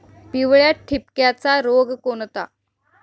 पिवळ्या ठिपक्याचा रोग कोणता?